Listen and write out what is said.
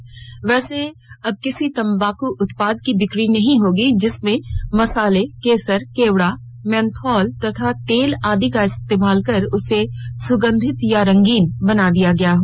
अब वैसे किसी तंबाक उत्पाद की बिक्री नहीं होगी जिसमें मसाले केसर केवड़ा मेथॉल तथा तेल अदि का इस्तेमाल कर उसे सुगंधित या रंगीन बना दिया गया हो